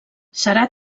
serà